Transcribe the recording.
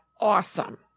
awesome